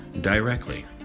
directly